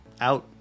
out